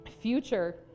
future